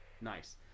Nice